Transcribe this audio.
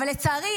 אבל לצערי,